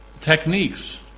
techniques